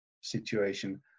situation